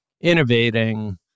innovating